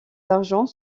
d’argent